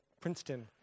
Princeton